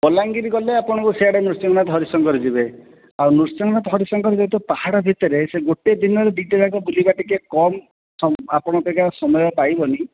ବଲାଙ୍ଗୀର ଗଲେ ଆପଣଙ୍କୁ ସିଆଡ଼େ ନୃସିଙ୍ଗନାଥ ହରିଶଙ୍କର ଯିବେ ଆଉ ନୃସିଙ୍ଗନାଥ ହରିଶଙ୍କର ଯେହେତୁ ପାହାଡ଼ ଭିତରେ ଗୋଟେ ଦିନରେ ଦୁଇଟା ଯାକ ବୁଲିବା ଟିକେ କମ ଆପଣ ଙ୍କୁ ସମୟ ପାଇବନି